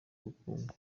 ubukungu